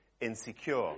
insecure